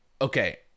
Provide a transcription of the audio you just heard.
okay